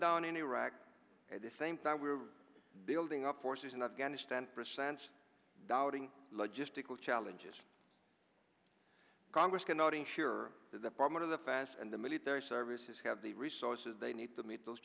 down in iraq at the same time we're building up forces in afghanistan for a sense doubting just to call challenges congress cannot ensure the department of the fast and the military services have the resources they need to meet those